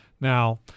Now